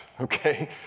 okay